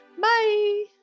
Bye